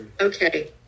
Okay